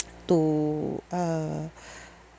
to uh